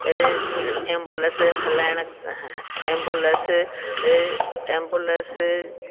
ambulance हलाइण ambulance ambulance